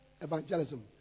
evangelism